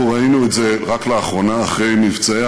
אנחנו ראינו את זה רק לאחרונה אחרי מבצעי